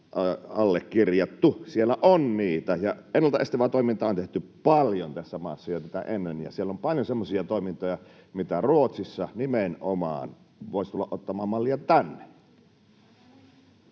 siellä on niitä. Ennaltaestävää toimintaa on tehty paljon tässä maassa jo tätä ennen, ja siellä on paljon semmoisia toimintoja, mistä voisi nimenomaan Ruotsista tulla ottamaan mallia tänne.